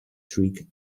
trick